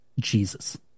Jesus